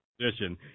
position